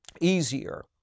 easier